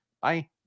Bye